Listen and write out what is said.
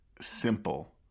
simple